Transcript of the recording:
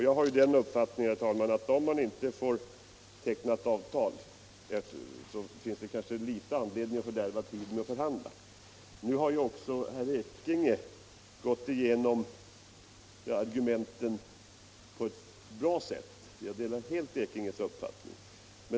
Jag har den uppfattningen, herr talman, att om man inte får teckna ett avtal finns det föga anledning att fördärva tiden med att förhandla. Nu har också herr Ekinge gått igenom argumenten på ett bra sätt. Jag delar helt hans uppfattning.